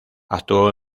actuó